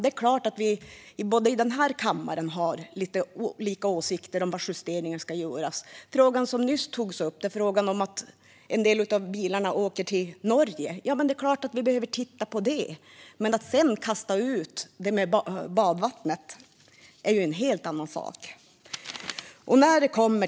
Det är klart att vi i den här kammaren har lite olika åsikter om var justeringar ska göras. Frågan som nyss togs upp om att en del av bilarna åker till Norge är det klart att vi behöver titta på. Men att sedan kasta ut barnet med badvattnet är en helt annan sak.